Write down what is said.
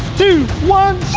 two, one,